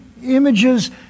images